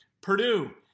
Purdue